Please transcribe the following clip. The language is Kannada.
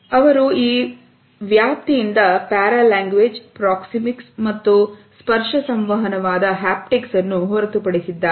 ಅವರು ಈ ವ್ಯಾಪ್ತಿಯಿಂದ ಪ್ಯಾರಾ ಲ್ಯಾಂಗ್ವೇಜ್ ಪ್ರಾಕ್ಸಿಮಿಕ್ಸ್ ಮತ್ತು ಸ್ಪರ್ಶ ಸಂವಹನವನ್ನು ಹೊರತುಪಡಿಸಿದ್ದಾರೆ